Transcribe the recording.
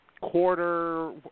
quarter